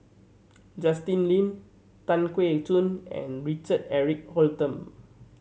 Justin Lean Tan Keong Choon and Richard Eric Holttum